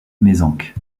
mézenc